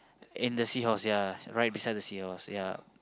in the seahorse ya right beside the seahorse ya